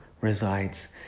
resides